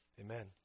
Amen